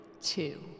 Two